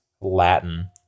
Latin